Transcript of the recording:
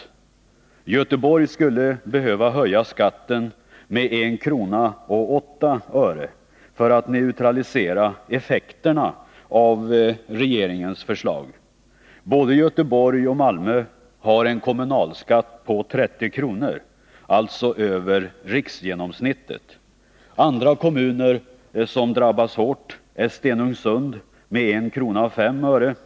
Göteborg skulle behöva höja skatten med 1:08 kr. för att neutralisera effekterna av regeringens förslag. Både Göteborg och Malmö har en kommunalskatt på 30 kr., alltså över riksgenomsnittet. Andra kommuner som drabbas hårt är Stenungsund, med 1:05 kr.